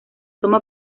toma